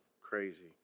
Crazy